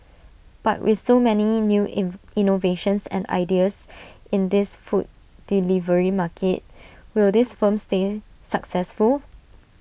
but with so many new innovations and ideas in the food delivery market will these firms stay successful